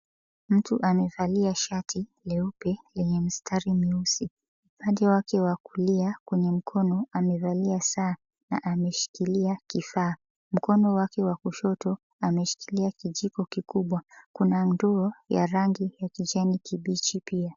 Mtu amevalia shati leupe , yenye mistari mieusi. Upande wake wa kulia kwenye mkono, amevalia saa na ameshikilia kifaa. Mkono wake wa kushoto ameshikilia kijiko kikubwa. Kuna mduo ya rangi ya kijani kibichi pia.